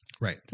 Right